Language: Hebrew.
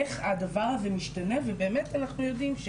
איך הדבר הזה משתנה ובאמת אנחנו יודעים,